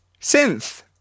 synth